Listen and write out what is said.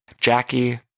Jackie